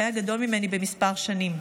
שהיה גדול ממני בכמה שנים".